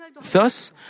Thus